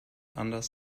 anders